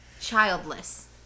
Childless